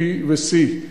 B ו-C.